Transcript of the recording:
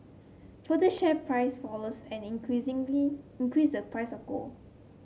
further share price falls and increasingly increase the price of gold